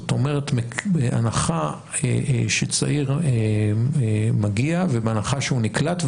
זאת אומרת בהנחה שצעיר מגיע ובהנחה שהוא נקלט,